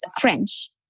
French